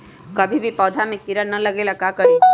कभी भी पौधा में कीरा न लगे ये ला का करी?